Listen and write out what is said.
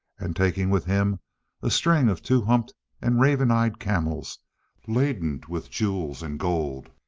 and taking with him a string of two-humped and raven-eyed camels laden with jewels, and gold,